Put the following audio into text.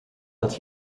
dat